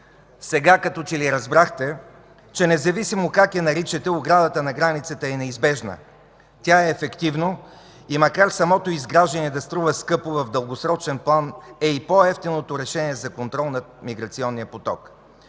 Сега като че ли разбрахте, че независимо как я наричате, оградата на границата е неизбежна. Тя е ефективно и макар и самото й изграждане да струва скъпо, в дългосрочен план е по-евтиното решение за контрол над миграционния поток.